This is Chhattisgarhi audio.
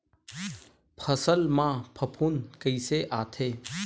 फसल मा फफूंद कइसे आथे?